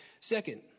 Second